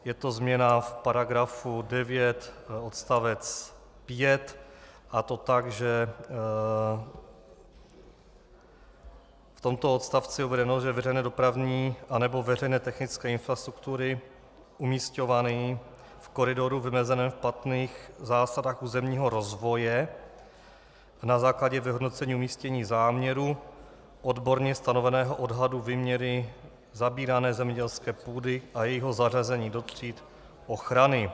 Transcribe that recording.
Je to změna v § 9 odst. 5, a to tak, že v tomto odstavci je uvedeno, že veřejné dopravní a nebo veřejné technické infrastruktury umísťované v koridoru vymezeném v platných zásadách územního rozvoje na základě vyhodnocení umístění záměru, odborně stanoveného odhadu výměry zabírané zemědělské půdy a jejího zařazení do tříd ochrany.